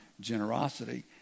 generosity